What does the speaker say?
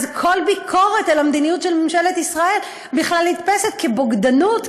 אז כל ביקורת על המדיניות של ממשלת ישראל בכלל נתפסת כבוגדנות,